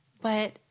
But-